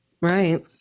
Right